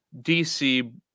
DC